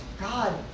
god